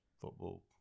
football